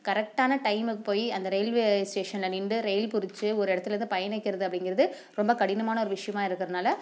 கரெக்டான டைமுக்கு போய் அந்த ரயில்வே ஸ்டேஷனில் நின்று ரயில் பிடிச்சி ஒரு இடத்துலருந்து பயணிக்கிறது அப்படிங்கிறது ரொம்ப கடினமான ஒரு விஷயமா இருக்கிறனால